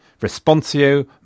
Responsio